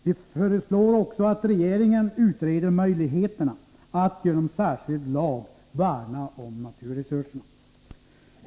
Vi föreslår också att regeringen utreder möjligheterna att genom särskild lag värna om naturresurserna.